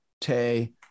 Tay